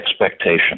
expectation